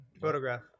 Photograph